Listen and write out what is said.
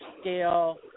scale